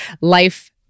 life